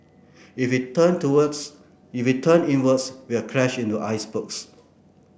if it turn towards if it turn inwards we'll crash into icebergs